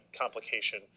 complication